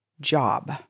job